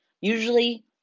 Usually